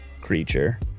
creature